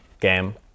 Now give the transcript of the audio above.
game